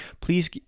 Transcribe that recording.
Please